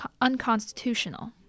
unconstitutional